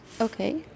Okay